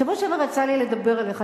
בשבוע שעבר יצא לי לדבר עליך.